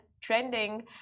trending